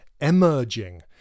emerging